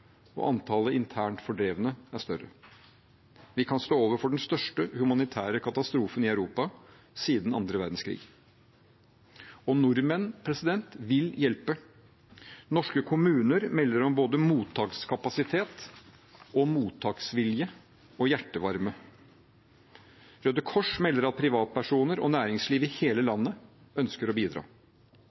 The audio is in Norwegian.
og antallet internt fordrevne er større. Vi kan stå overfor den største humanitære katastrofen i Europa siden annen verdenskrig. Nordmenn vil hjelpe. Norske kommuner melder om både mottakskapasitet, mottaksvilje og hjertevarme. Røde Kors melder at privatpersoner og næringsliv i hele landet ønsker å bidra.